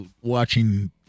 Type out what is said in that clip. watching